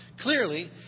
Clearly